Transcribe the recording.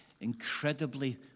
incredibly